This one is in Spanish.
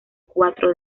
cuatro